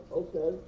okay